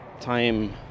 time